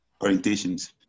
orientations